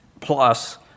plus